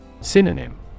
Synonym